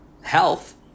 health